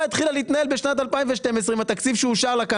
התחילה להתנהל בשנת 2012 עם התקציב שאושר לה כאן